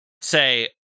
say